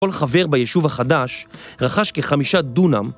כל חבר ביישוב החדש רכש כחמישה דונם